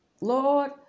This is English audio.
Lord